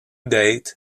date